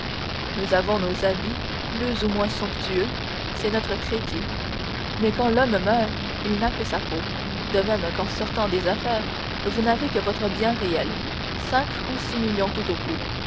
nous avons nos habits plus ou moins somptueux c'est notre crédit mais quand l'homme meurt il n'a que sa peau de même qu'en sortant des affaires vous n'avez que votre bien réel cinq ou six millions tout au plus